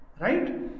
Right